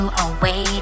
away